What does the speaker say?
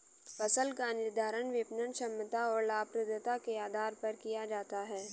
फसल का निर्धारण विपणन क्षमता और लाभप्रदता के आधार पर किया जाता है